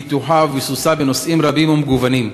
פיתוחה וביסוסה בנושאים רבים ומגוונים: